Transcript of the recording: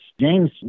James